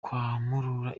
kwamurura